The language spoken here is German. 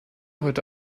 heute